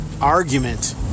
argument